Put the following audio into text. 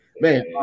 man